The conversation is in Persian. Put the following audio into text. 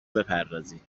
بپردازید